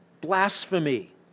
blasphemy